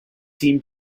team